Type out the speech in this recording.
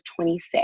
26